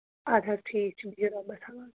اَدٕ حظ ٹھیٖک چھُ بِہِو رۄبَس حَوال